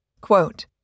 Quote